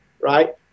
Right